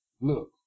look